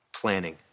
planning